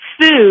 food